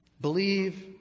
Believe